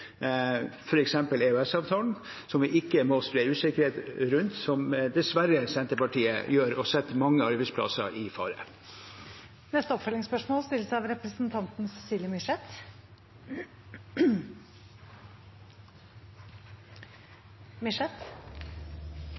som vi ikke må spre usikkerhet om, slik dessverre Senterpartiet gjør, og setter mange arbeidsplasser i fare. Cecilie Myrseth – til oppfølgingsspørsmål.